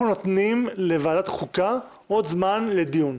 אנחנו נותנים לוועדת החוקה עוד זמן לדיון.